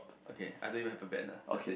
okay I don't even have a banner just saying